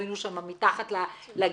היינו שם מתחת לגשר,